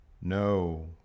no